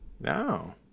no